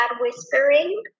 whispering